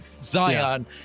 Zion